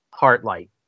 Heartlight